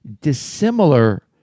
dissimilar